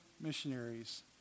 missionaries